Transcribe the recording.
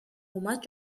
much